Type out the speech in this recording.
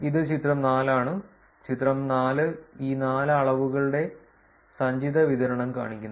ഇത് ചിത്രം 4 ആണ് ചിത്രം 4 ഈ നാല് അളവുകളുടെ സഞ്ചിത വിതരണം കാണിക്കുന്നു